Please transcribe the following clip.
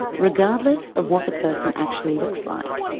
regardless of what the person actually looks like.